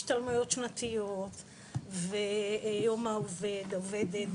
השתלמויות שנתיות ויום העובד והעובדת,